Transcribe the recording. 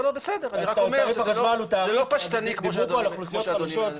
אני רק אומר שזה לא פשטני כמו שאדוני מציג.